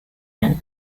end